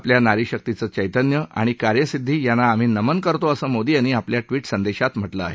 आपल्या नारीशक्तीचं चैतन्य आणि कार्यसिद्धी यांना आम्ही नमन करतो असं मोदी यांनी आपल्या ट्विट संदेशात म्हटलं आहे